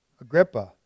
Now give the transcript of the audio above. Agrippa